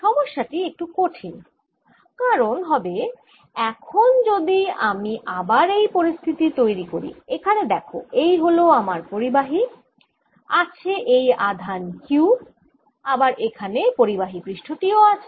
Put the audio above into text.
সমস্যা টি একটু কঠিন কারণ হবে কি এখন যদি আমি আবার এই পরিস্থিতি তৈরি করি এখানে দেখ এই হল আমার পরিবাহী আছে এই আধান Q আবার এখানে পরিবাহী পৃষ্ঠ টিও আছে